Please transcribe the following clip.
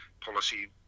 policy